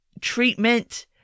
treatment